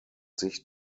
sich